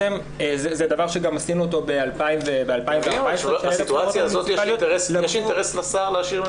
זה דבר שגם עשינו אותו ב-2014 שהיה את הבחירות